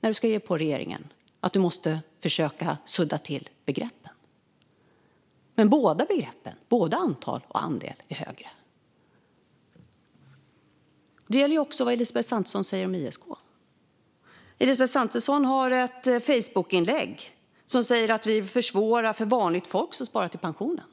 när du ska ge dig på regeringen att du måste försöka sudda till begreppen? Både antal och andel, båda begreppen, är högre. Detta gäller också vad Elisabeth Svantesson säger om ISK. Elisabeth Svantesson har ett Facebookinlägg som säger att vi försvårar för vanligt folk som sparar till pensionen.